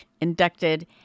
inducted